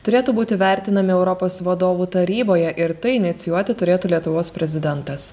turėtų būti vertinami europos vadovų taryboje ir tai inicijuoti turėtų lietuvos prezidentas